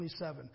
27